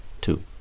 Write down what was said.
Two